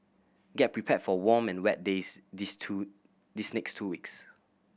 get prepared for warm and wet days these two these next two weeks